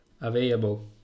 available